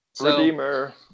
Redeemer